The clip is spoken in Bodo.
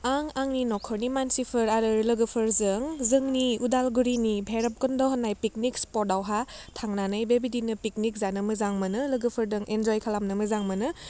आं आंनि नखरनि मानसिफोर आरो लोगोफोरजों जोंनि उदालगुरिनि भेरबखुन्द होननाय पिकनिक स्फथआव हा थांनानै बेबायदिनो पिकनिक जानो मोजां मोनो लोगोफोरदों इन्जय खालामनो मोजां मोनो